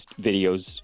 videos